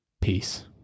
peace